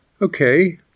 Okay